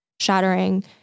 shattering